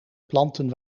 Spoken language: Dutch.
planten